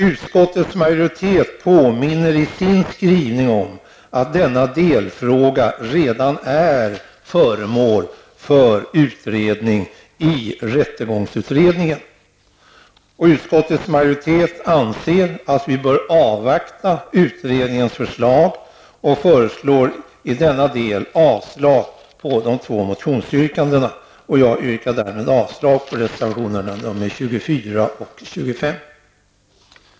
Utskottets majoritet påminner i sin skrivning om att denna delfråga redan är föremål för utredning i rättegångsutredningen. Utskottets majoritet anser att vi bör avvakta utredningens förslag och föreslår i denna del avslag på de två motionsyrkandena. Jag yrkar därmed avslag på reservationerna 24 och 25.